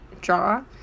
draw